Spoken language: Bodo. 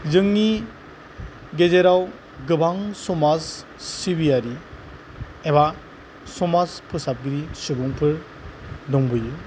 जोंनि गेजेराव गोबां समाज सिबियारि एबा समाज फोसाबगिरि सुबुंफोर दंबोयो